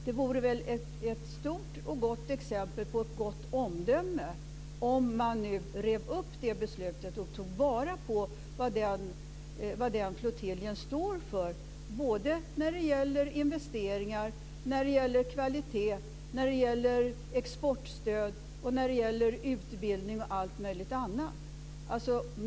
Det vore väl ett stort och gott exempel på ett gott omdöme om man nu rev upp det beslutet och tog vara på vad den flottiljen står för, när det gäller investeringar, kvalitet, exportstöd, utbildning och allt möjligt annat.